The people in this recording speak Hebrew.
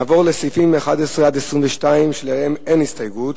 נעבור לסעיפים 11 22, שלהם אין הסתייגות.